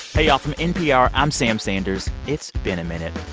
hey, y'all. from npr, i'm sam sanders. it's been a minute.